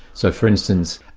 so for instance,